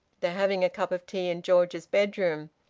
they're having a cup of tea in george's bedroom.